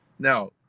Now